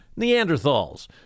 Neanderthals